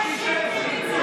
בבקשה.